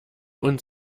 uns